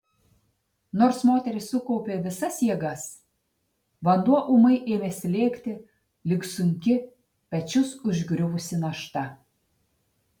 nors moteris sukaupė visas jėgas vanduo ūmai ėmė slėgti lyg sunki pečius užgriuvusi našta